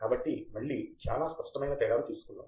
కాబట్టి మళ్ళీ చాలా స్పష్టమైన తేడాలు తీసుకుందాం